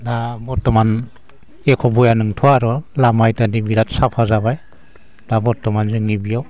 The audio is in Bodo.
दा बर्थमान एख' बया नंथ'आ आर' लामा इथादि बिराद साफा जाबाय दा बर्थमान जोंनि बियाव